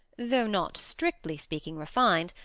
though not strictly speaking refined,